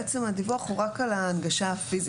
בעצם הדיווח הוא רק על ההנגשה הפיזית,